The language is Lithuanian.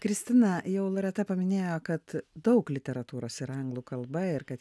kristina jau loreta paminėjo kad daug literatūros yra anglų kalba ir kad